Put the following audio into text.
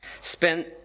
spent